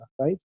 right